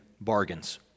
bargains